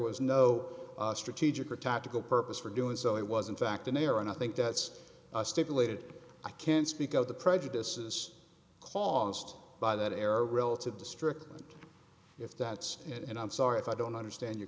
was no strategic or tactical purpose for doing so it was in fact an error and i think that's stipulated i can't speak of the prejudices caused by that error relative district if that's it and i'm sorry if i don't understand your